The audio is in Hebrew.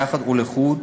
יחד ולחוד,